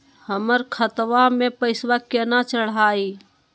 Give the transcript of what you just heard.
हमर खतवा मे पैसवा केना चढाई?